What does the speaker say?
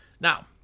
Now